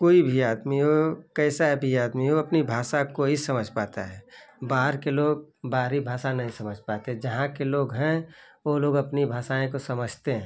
कोई भी आदमी हो कैसा भी आदमी हो अपनी भाषा को ही समझ पाता है बाहर के लोग बाहरी भाषा नही समझ पाते जहाँ के लोग हैं वो लोग अपनी भाषाएँ को समझते हैं